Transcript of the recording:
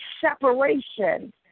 separation